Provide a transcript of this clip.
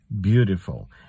Beautiful